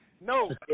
No